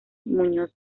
muñoz